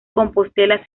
compostela